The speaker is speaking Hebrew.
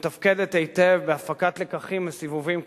שמתפקדת היטב בהפקת לקחים מסיבובים קודמים.